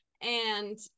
And-